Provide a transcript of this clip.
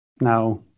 Now